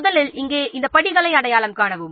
முதலில் இங்கு ஆதரவை அடையாளம் காணவும்